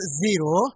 zero